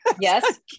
Yes